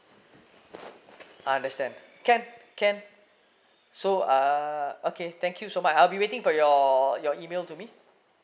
understand can can so uh okay thank you so much I'll be waiting for your your email to me